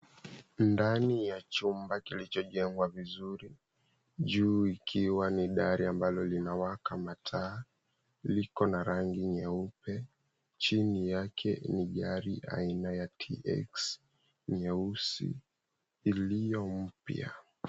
Ndani ya chumba kilichojengwa vizuri, juu ikiwa ni dari ambalo linawaka mataa, liko na rangi nyeupe. Chini yake ni gari aina ya, TX, nyeusi iliyo mpya.